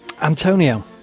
Antonio